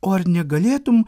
o ar negalėtum